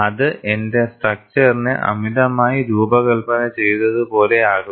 അത് എന്റെ സ്ട്രക്ച്ചറിനെ അമിതമായി രൂപകൽപന ചെയ്തതു പോലെ ആകും